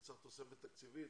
שצריך תוספת תקציבית.